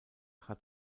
hat